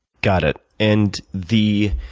got it. and the